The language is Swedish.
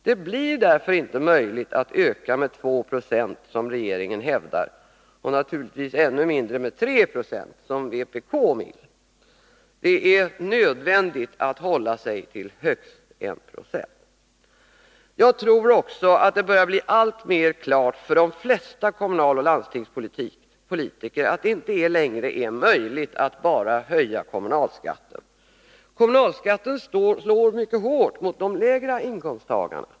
Det blir därför inte möjligt att öka med 2 20, som regeringen hävdar, och naturligtvis än mindre med 3 26, som vpk vill. Det är nödvändigt att hålla sig till högst 192. Jag tror också att det börjar bli alltmer klart för de flesta kommunaloch landstingspolitiker att det inte längre är möjligt att bara höja kommunalskatten. Kommunalskatten slår mycket hårt mot de lägre inkomsttagarna.